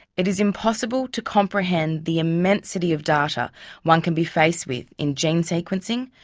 it is impossible to comprehend the immensity of data one can be faced with in gene sequencing,